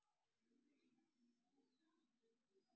ಜನರು ಹೇಗೆ ಬ್ಯಾಂಕ್ ನಿಂದ ಸಾಲ ಪಡೆಯೋದು ಹೇಳಿ